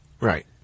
Right